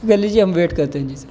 کر لیجیے ہم ویٹ کرتے ہیں جی سر